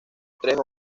tres